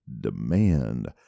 demand